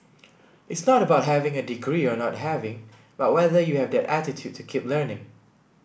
it's not about having a degree or not having but whether you have that attitude to keep learning